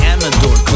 Amador